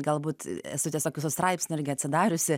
galbūt esu tiesiog straipsnį irgi atsidariusi